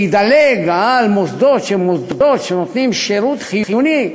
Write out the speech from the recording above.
ידלג על מוסדות שנותנים שירות חיוני,